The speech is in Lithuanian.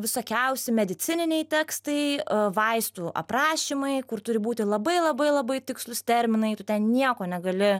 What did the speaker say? visokiausi medicininiai tekstai vaistų aprašymai kur turi būti labai labai labai tikslūs terminai tu ten nieko negali